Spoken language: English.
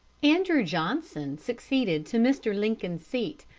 andrew johnson succeeded to mr. lincoln's seat,